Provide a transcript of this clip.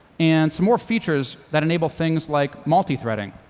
and some more features that enable things like multi-threading,